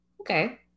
Okay